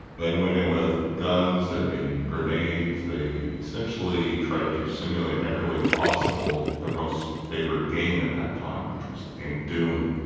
they went in with guns, they made grenades, they essentially tried to simulate in every way possible their most favourite game at that time which was the game doom.